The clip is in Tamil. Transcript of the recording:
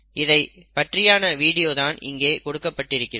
இதை பற்றியான வீடியோ தான் இங்கே கொடுக்கப்பட்டிருக்கிறது